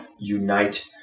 unite